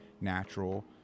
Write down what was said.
natural